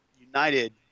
united